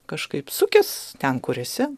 kažkaip sukis ten kur esi